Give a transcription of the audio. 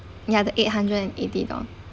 ya the eight hundred and eighty dollar